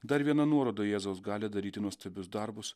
dar vieną nuoroda į jėzaus galią daryti nuostabius darbus